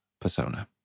persona